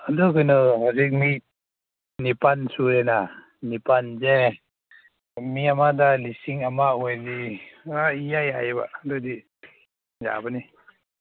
ꯑꯗꯨ ꯀꯩꯅꯣ ꯍꯧꯖꯤꯛ ꯃꯤ ꯅꯤꯄꯥꯜ ꯁꯨꯔꯦꯅ ꯅꯤꯄꯥꯜꯁꯦ ꯃꯤ ꯑꯃꯗ ꯂꯤꯁꯤꯡ ꯑꯃ ꯑꯣꯏꯔꯗꯤ ꯏꯌꯥ ꯌꯥꯏꯌꯦꯕ ꯑꯗꯨꯗꯤ ꯌꯥꯕꯅꯤ